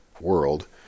world